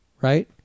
right